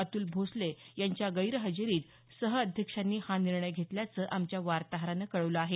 अतुल भोसले यांच्या गैरहजेरीत सहअध्यक्षांनी हा निर्णय घेतल्याचं आमच्या वार्ताहरानं कळवलं आहे